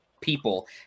people